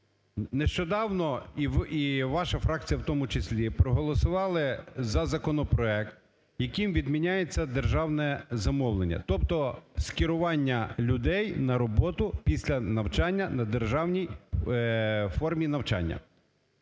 нещодавно, і ваша фракція в тому числі, проголосували за законопроект, яким відміняється державне замовлення. Тобто скерування людей на роботу після навчання на державній формі навчання.